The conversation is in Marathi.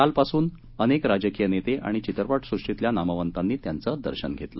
काल पासून अनेक राजकीय नेते आणि चित्रपटसृष्टीतल्या नामवंतानी त्यांचं दर्शन घेतलं